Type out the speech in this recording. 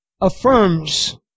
affirms